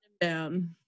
down